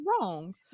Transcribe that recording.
wrong